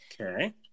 Okay